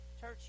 Church